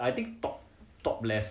I think top top left